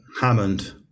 Hammond